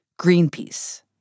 Greenpeace